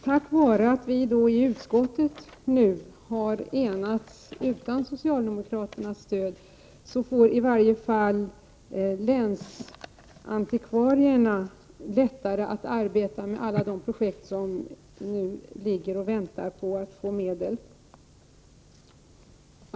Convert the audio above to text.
Tack vare att vi i utskottet, utom socialdemokraterna, har enats får i varje fall länsantikvarierna nu lättare att arbeta med alla de projekt som ligger och väntar på att få medel.